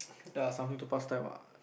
something to pass time ah